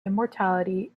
immortality